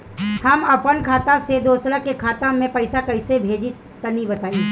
हम आपन खाता से दोसरा के खाता मे पईसा कइसे भेजि तनि बताईं?